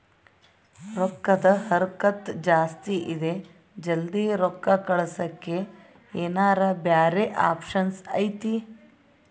ರೊಕ್ಕದ ಹರಕತ್ತ ಜಾಸ್ತಿ ಇದೆ ಜಲ್ದಿ ರೊಕ್ಕ ಕಳಸಕ್ಕೆ ಏನಾರ ಬ್ಯಾರೆ ಆಪ್ಷನ್ ಐತಿ?